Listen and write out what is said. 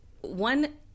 one